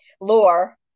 lore